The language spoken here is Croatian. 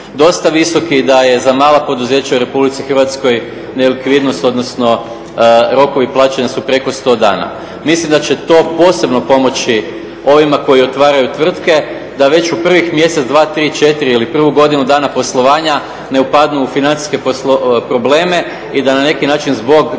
dosta visoki i da je za mala poduzeća u Republici Hrvatskoj nelikvidnost, odnosno rokovi plaćanja su preko 100 dana. Mislim da će to posebno pomoći ovima koji otvaraju tvrtke da već u prvih mjesec, dva, tri, četiri ili prvu godinu dana poslovanja neupadnu u financijske probleme i da na neki način zbog